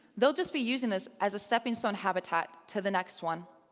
they'll just be using this as a stepping-stone habitat to the next one.